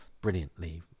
brilliantly